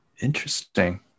Interesting